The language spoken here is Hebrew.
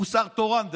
הוא שר תורן.